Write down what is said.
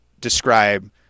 describe